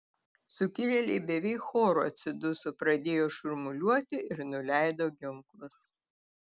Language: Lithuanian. sukilėliai beveik choru atsiduso pradėjo šurmuliuoti ir nuleido ginklus